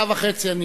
דקה וחצי.